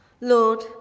Lord